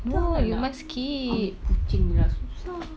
dah lah nak ambil kucing punya lah susah